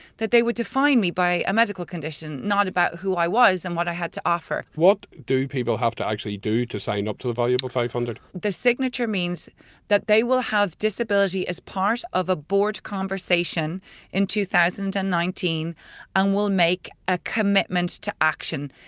that they would define me by a medical condition not about who i was and what i had to offer what do people have to actually do to sign up to the valuable five hundred? the signature means that they will have disability as part of a board conversation in two thousand and nineteen and will make a commitment to action.